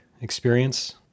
experience